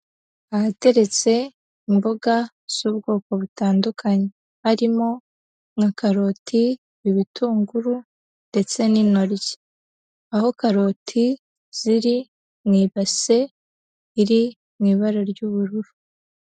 Ahateretse imboga z'ubwoko butandukanye harimo nka karoti, ibitunguru ndetse n'intoryi, aho karoti ziri mu ibase iri mu ibara ry'ubururu.